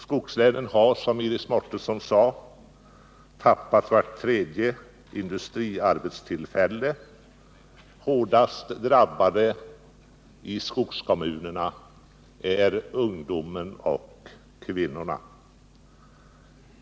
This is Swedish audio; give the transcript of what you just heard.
Skogslänen har, som Iris Mårtensson sade, tappat vart tredje industriarbetstillfälle. Hårdast drabbade i skogskommunerna är ungdomen och kvinnorna.